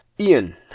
Ian